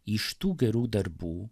iš tų gerų darbų